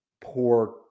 poor